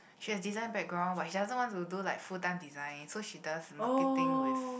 she has design background but she doesn't want to do like full time design so she does marketing with